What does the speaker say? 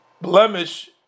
blemish